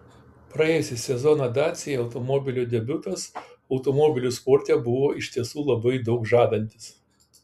praėjusį sezoną dacia automobilio debiutas automobilių sporte buvo iš tiesų labai daug žadantis